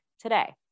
today